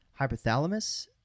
hypothalamus